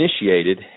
initiated